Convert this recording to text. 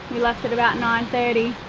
we left at about nine thirty.